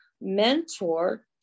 mentor